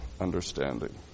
understanding